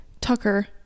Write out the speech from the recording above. Tucker